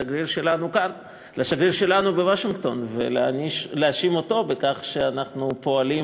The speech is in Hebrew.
לשגריר שלנו בוושינגטון ולהאשים אותו בכך שאנחנו פועלים